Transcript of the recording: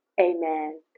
amen